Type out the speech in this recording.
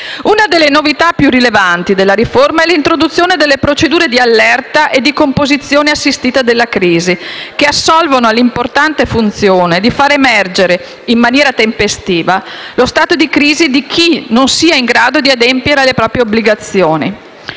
Una delle novità più rilevanti della riforma è l'introduzione delle procedure di allerta e di composizione assistita della crisi, che assolvono all'importante funzione di far emergere in maniera tempestiva lo stato di crisi di chi non sia in grado di adempiere alle proprie obbligazioni.